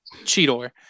Cheetor